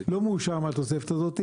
לא מאושר מהתוספת הזאת.